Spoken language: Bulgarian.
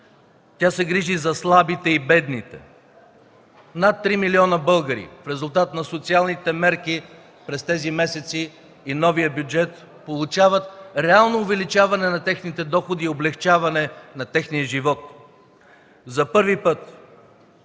тя се грижи и за слабите и бедните. Над три милиона българи, в резултат на социалните мерки през тези месеци и новия бюджет, получават реално увеличаване на техните доходи и облекчаване на техния живот. За първи път